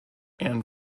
and